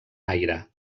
aire